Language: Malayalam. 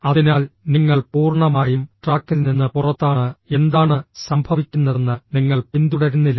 അതിനാൽ നിങ്ങൾ പൂർണ്ണമായും ട്രാക്കിൽ നിന്ന് പുറത്താണ് എന്താണ് സംഭവിക്കുന്നതെന്ന് നിങ്ങൾ പിന്തുടരുന്നില്ല